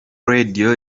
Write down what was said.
radiyo